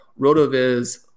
Rotoviz